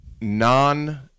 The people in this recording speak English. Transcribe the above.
non